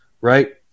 right